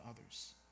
others